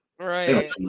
Right